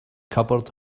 cupboard